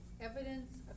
evidence